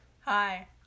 hi